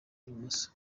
ibumoso